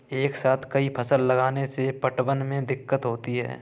एक साथ कई फसल लगाने से पटवन में दिक्कत होती है